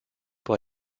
pour